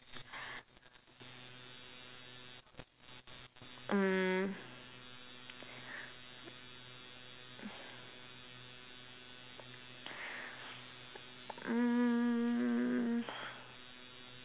mm mm